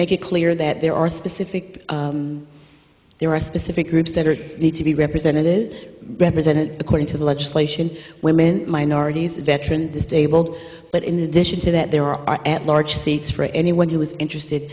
make it clear that there are specific there are specific groups that are need to be represented represented according to the legislation women minorities veteran disabled but in addition to that there are at large seats for anyone who is interested